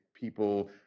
people